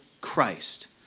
Christ